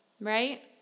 right